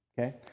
Okay